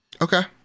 okay